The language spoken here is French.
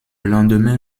lendemain